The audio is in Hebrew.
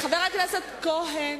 חברי חברי הכנסת,